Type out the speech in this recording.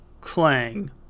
Clang